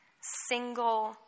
single